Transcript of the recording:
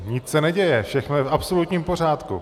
Nic se neděje, všechno je v absolutním pořádku.